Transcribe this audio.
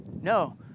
No